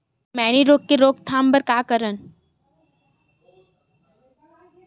मैनी रोग के रोक थाम बर का करन?